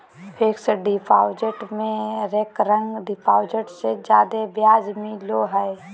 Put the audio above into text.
fixed deposit में recurring deposit से जादे ब्याज मिलो हय